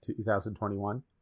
2021